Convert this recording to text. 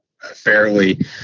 fairly